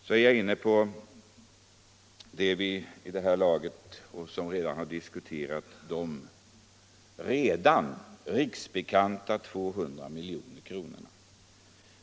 Så är jag inne på de vid det här laget riksbekanta 200 miljoner kronorna — som redan har diskuterats.